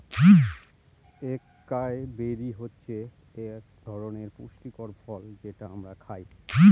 একাই বেরি হচ্ছে এক ধরনের পুষ্টিকর ফল যেটা আমরা খায়